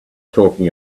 talking